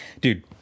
Dude